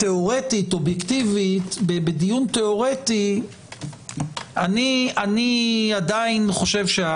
תיאורטית אובייקטיבית בדיון תיאורטי אני עדיין חושב,